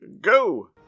go